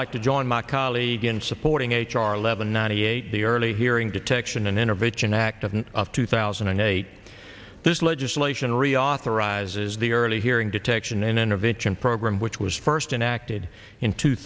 like to join my colleague in supporting h r eleven ninety eight the early hearing detection and intervention act of two thousand and eight this legislation reauthorizes the early hearing detection and intervention program which was first and acted in two